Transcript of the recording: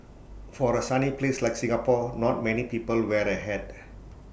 for A sunny place like Singapore not many people wear A hat